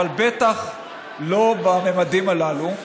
אבל בטח לא בממדים הללו.